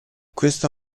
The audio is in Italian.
questa